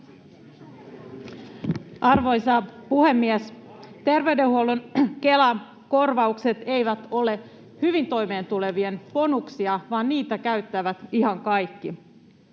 Arvoisa puhemies! Terveydenhuollon Kela-korvaukset eivät ole hyvin toimeentulevien bonuksia, vaan niitä käyttävät ihan kaikki.